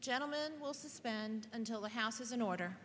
gentleman will suspend until the house is in order